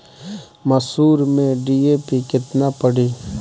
मसूर में डी.ए.पी केतना पड़ी?